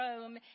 Rome